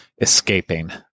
escaping